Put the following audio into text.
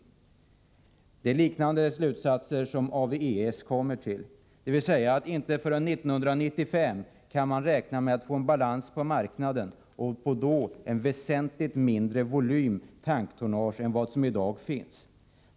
AWES kommer till liknande slutsatser, dvs. att man inte förrän 1995 kan räkna med att få balans på marknaden och då på en väsentligt mindre volym tanktonnage än som finns i dag.